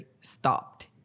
stopped